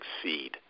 succeed